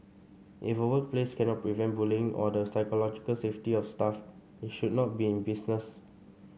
if a workplace cannot prevent bullying or the psychological safety of staff it should not be in business